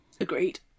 Agreed